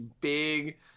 big